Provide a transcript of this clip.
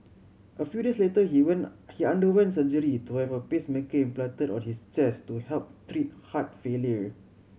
a few days later he underwent surgery to have a pacemaker implanted in his chest to help treat heart failure